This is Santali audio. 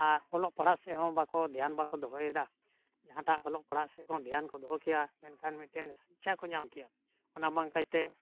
ᱟᱨ ᱚᱞᱚᱜ ᱯᱟᱲᱦᱟᱜ ᱥᱮᱫ ᱦᱚᱸ ᱵᱟᱠᱚ ᱫᱷᱮᱭᱟᱱ ᱵᱟᱠᱚ ᱫᱚᱦᱚᱭᱮᱫᱟ ᱡᱟᱦᱟᱸᱴᱟᱜ ᱚᱞᱚᱜ ᱯᱟᱲᱦᱟᱜ ᱥᱮᱫ ᱠᱚ ᱫᱷᱮᱭᱟᱱ ᱠᱚ ᱫᱚᱦᱚ ᱠᱮᱭᱟ ᱢᱮᱱᱠᱷᱟᱱ ᱢᱤᱫᱴᱮᱱ ᱥᱤᱠᱽᱠᱷᱟ ᱠᱚ ᱧᱟᱢ ᱠᱮᱭᱟ ᱚᱱᱟ ᱵᱟᱝ ᱠᱟᱛᱮ